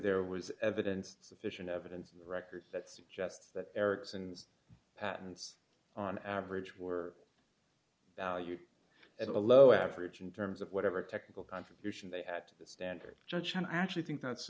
there was evidence sufficient evidence on the record that suggests that eriksson's patents on average were valued at a low average in terms of whatever technical contribution they had to the standard judge and i actually think that's